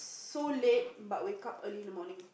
so late but wake up early in the morning